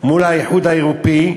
מול האיחוד האירופי,